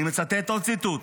אני מצטט עוד ציטוט: